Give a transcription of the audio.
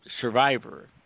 survivor